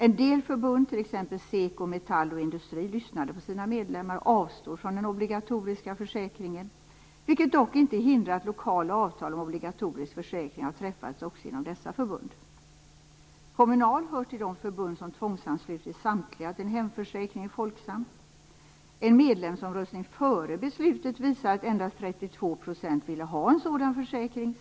En del förbund, t.ex. SEKO, Metall och Industri, lyssnade på sina medlemmar och avstod från den obligatoriska försäkringen, vilket dock inte hindrar att lokala avtal om obligatorisk försäkring har träffats också inom dessa förbund. Kommunal hör till de förbund som tvångsanslutit samtliga till en hemförsäkring i Folksam. En medlemsomröstning före beslutet visade att endast 32 % ville ha en sådan försäkring.